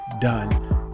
Done